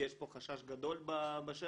כי יש פה חשש גדול בשטח.